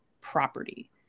property